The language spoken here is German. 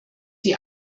die